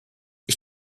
ich